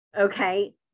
okay